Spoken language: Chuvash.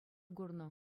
курнӑ